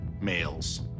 males